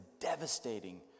devastating